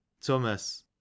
Thomas